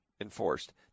enforced